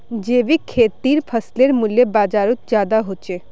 जैविक खेतीर फसलेर मूल्य बजारोत ज्यादा होचे